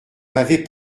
m’avez